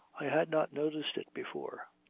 i had not noticed it before.